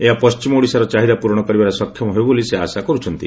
ଏହା ପଣିମ ଓଡ଼ିଶାର ଚାହିଦା ପ୍ରରଣ କରିବାରେ ସକ୍ଷମ ହେବ ବୋଲି ସେ ଆଶା କର୍ବଛନ୍ତି